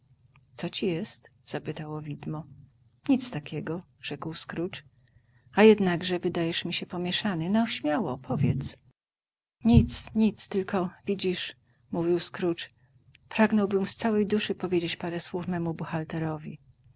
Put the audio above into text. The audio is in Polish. ci jest spytało widmo nic takiego rzekł scrooge a jednakże wydajesz mi się pomieszany no śmiało powiedz nic nic tylko widzisz mówił scrooge pragnąłbym z całej duszy powiedzieć parę słów memu